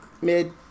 Mid